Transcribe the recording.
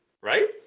right